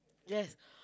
yes